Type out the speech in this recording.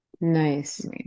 Nice